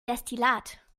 destillat